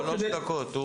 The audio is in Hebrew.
3 דקות.